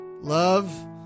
Love